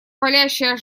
палящая